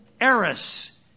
heiress